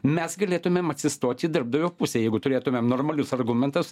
mes galėtumėm atsistot į darbdavio pusę jeigu turėtumėm normalius argumentus